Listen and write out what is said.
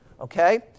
Okay